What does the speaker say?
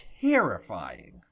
terrifying